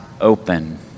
open